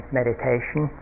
meditation